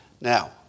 Now